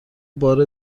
بار